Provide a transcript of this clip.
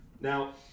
Now